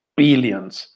billions